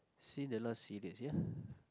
seen the not serious ya